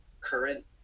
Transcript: current